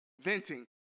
Venting